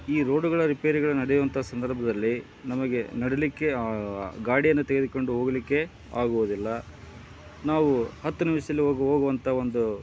ಈ ರೋಡುಗಳ ರಿಪೇರಿಗಳು ನಡೆಯುವಂಥ ಸಂದರ್ಭದಲ್ಲಿ ನಮಗೆ ನಡಿಲಿಕ್ಕೆ ಗಾಡಿಯನ್ನು ತೆಗೆದುಕೊಂಡು ಹೋಗ್ಲಿಕ್ಕೆ ಆಗುವುದಿಲ್ಲ ನಾವು ಹತ್ತು ನಿಮ್ಷದಲ್ಲಿ ಹೋಗ್ ಹೋಗುವಂಥ ಒಂದು